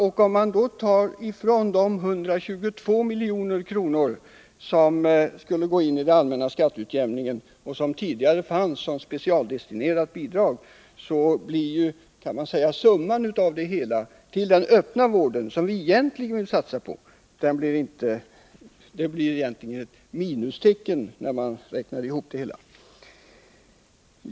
Om man bortser från de 122 miljoner som skall gå in i det allmänna skatteutjämningsbidraget och som tidigare fanns som specialdestinerat bidrag, minskar i själva verket den summa som anslås till den öppna vården. Och det är egentligen den som vi vill satsa på.